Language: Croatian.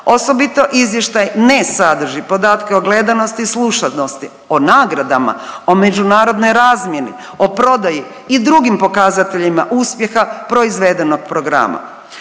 Osobito izvještaj ne sadrži podatke o gledanosti i slušanosti, o nagradama, o međunarodnoj razmjeni, o prodaji i drugim pokazateljima uspjeha proizvedenog programa.